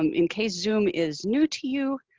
um in case zoom is new to you,